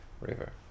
river